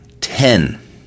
Ten